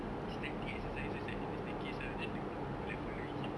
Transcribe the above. static exercises at at the staircase ah then they people were like following him